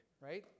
right